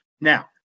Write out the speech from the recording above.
Now